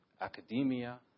academia